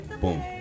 Boom